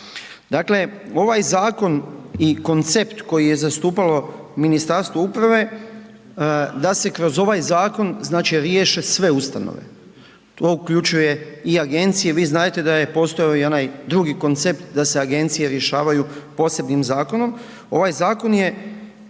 Dakle, ovaj zakon i koncept koji je zastupalo Ministarstvo uprave da se kroz ovaj zakon znači riješe sve ustanove, to uključuje i agencije. Vi znadete da je postojao i onaj drugi koncept da se agencije rješavaju posebnim zakonom. Ovaj zakon je,